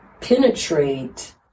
penetrate